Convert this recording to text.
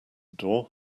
door